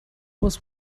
was